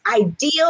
ideal